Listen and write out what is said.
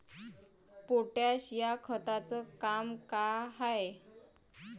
Potash या खताचं काम का हाय?